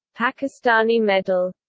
pakistani medal